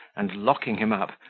and, locking him up,